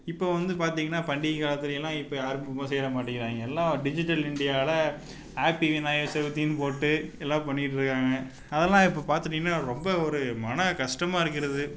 இப்போ வந்து பார்த்தீங்கன்னா பண்டிகை காலத்திலேலாம் இப்போ யாரும் பொம்மை செய்ய மாட்டேங்கிறாங்க எல்லாம் டிஜிட்டல் இண்டியாவில ஹேப்பி விநாயகர் சதுர்த்தின்னு போட்டு எல்லாரும் பண்ணிட்டிருக்காங்க அதெல்லாம் இப்போ பார்த்துட்டீங்கன்னா ரொம்ப ஒரு மனக் கஷ்டமாக இருக்கிறது